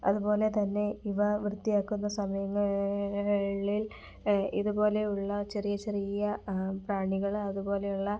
അതുപോലെതന്നെ ഇവ വൃത്തിയാക്കുന്ന സമയങ്ങ ളിൽ ഇതുപോലെയുള്ള ചെറിയ ചെറിയ പ്രാണികൾ അതുപോലെയുള്ള